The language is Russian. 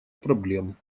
проблем